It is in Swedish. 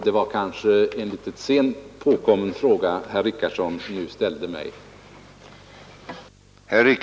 Det är en kanske väl sent påkommen fråga som herr Richardson nu ställde till mig.